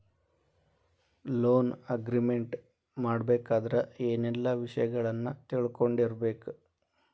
Loan agreement ಮಾಡ್ಬೆಕಾದ್ರ ಏನೆಲ್ಲಾ ವಿಷಯಗಳನ್ನ ತಿಳ್ಕೊಂಡಿರ್ಬೆಕು?